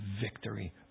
victory